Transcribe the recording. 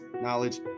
knowledge